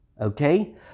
Okay